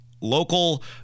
local